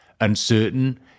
uncertain